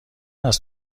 است